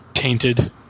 Tainted